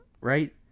right